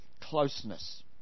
closeness